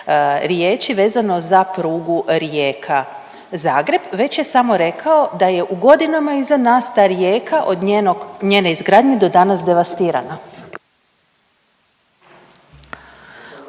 riječi vezano za prugu Rijeka—Zagreb, već je samo rekao da je u godinama iza nas, ta Rijeka od njenog, njene izgradnje do danas devastirana.